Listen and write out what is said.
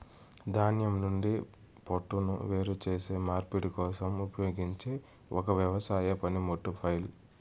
ధాన్యం నుండి పోట్టును వేరు చేసే నూర్పిడి కోసం ఉపయోగించే ఒక వ్యవసాయ పనిముట్టు ఫ్లైల్